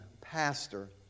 pastor